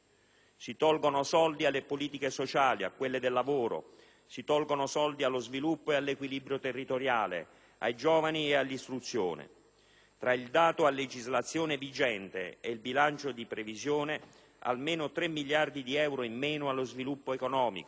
si tolgono soldi alle politiche sociali, a quelle del lavoro, allo sviluppo ed all'equilibrio territoriale, ai giovani ed all'istruzione. Tra il dato a legislazione vigente e il bilancio di previsione si registrano almeno 3 miliardi di euro in meno allo sviluppo economico,